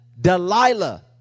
Delilah